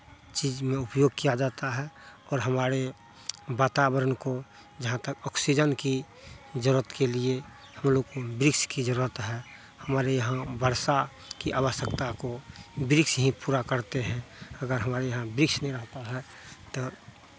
चीज़ में उपयोग किया जाता है और हमारे वातावरण को जहाँ तक ऑक्सीजन की ज़रूरत के लिए हम लोग को वृक्ष की ज़रूरत है हमारे यहाँ वर्षा की आवश्यकता को वृक्ष ही पूरा करते हैं अगर हमारे यहाँ वृक्ष ही नहीं रहता है तो